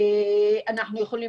אנחנו יכולים